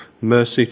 Mercy